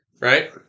right